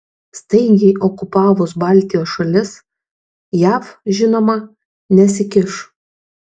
staigiai okupavus baltijos šalis jav žinoma nesikiš